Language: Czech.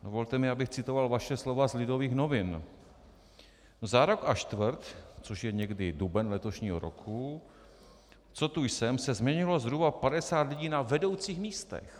Dovolte mi, abych citoval vaše slova z Lidových novin: Za rok a čtvrt, což je někdy duben letošního roku, co tu jsem, se změnilo zhruba 50 lidí na vedoucích místech.